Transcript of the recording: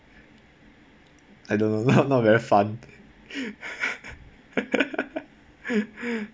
I don't know not not very fun